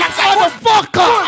motherfucker